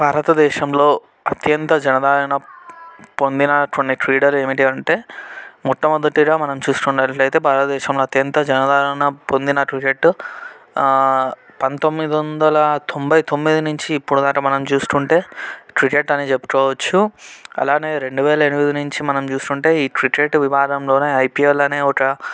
భారతదేశంలో అత్యంత జనధారణ పొందిన కొన్ని క్రీడలు ఏమిటి అంటే మొట్టమొదటిగా మనం చూస్తున్నట్లయితే భారత దేశంలో అత్యంత జనాధారణ పొందినది క్రికెట్ పంతొమ్మిది తొంభై తొమ్మిది నుంచి ఇప్పటిదాకా మనం చూస్తుంటే క్రికెట్ అనే చెప్పుకోవచ్చు అలానే రెండు వేల ఎనిమిది నుంచి మనం చూస్తుంటే ఈ క్రికెట్ విభాగంలోని ఐపీఎల్ అనే ఒక